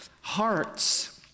hearts